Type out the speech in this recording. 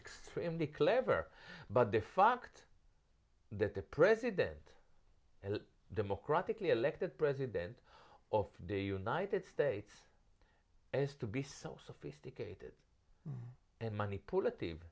extremely clever but the fact that the president democratically elected president of the united states has to be so sophisticated and money pu